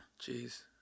Jeez